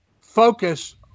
focus